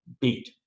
beat